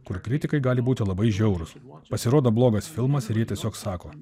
kur kritikai gali būti labai žiaurūs pasirodo blogas filmas tiesiog sako